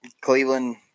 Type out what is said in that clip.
Cleveland